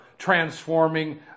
transforming